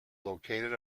located